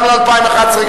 גם ל-2011,